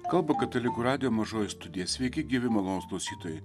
kalba katalikų radijo mažoji studija sveiki gyvi malonūs klausytojai